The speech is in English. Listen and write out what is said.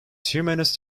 humanist